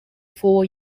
four